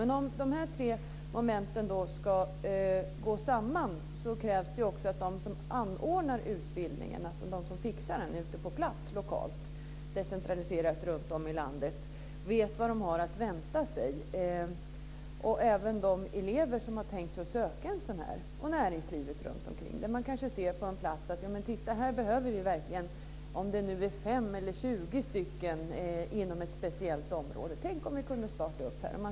Men om de här tre momenten ska gå samman krävs det också att de som anordnar utbildningen, alltså de som fixar den på plats lokalt, decentraliserat runtom i landet vet vad de har att vänta sig och även de elever som har tänkt sig att söka till en sådan utbildning. Det gäller också näringslivet runtomkring. På en plats kanske man säger: Här behöver vi verkligen 5 eller 20 stycken inom ett speciellt område. Tänk om vi kunde starta en utbildning här.